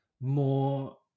more